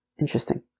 Interesting